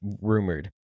rumored